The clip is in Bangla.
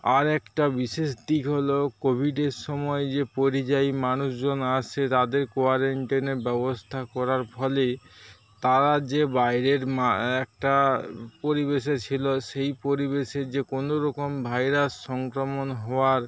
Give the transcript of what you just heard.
আর একটা বিশেষ দিক হল কোভিডের সময় যে পরিযায়ী মানুষজন আসে তাদের কোয়ারেন্টাইনের ব্যবস্থা করার ফলে তারা যে বাইরের মা একটা পরিবেশে ছিল সেই পরিবেশের যে কোনোরকম ভাইরাস সংক্রমণ হওয়ার